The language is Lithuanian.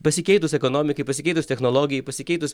pasikeitus ekonomikai pasikeitus technologijai pasikeitus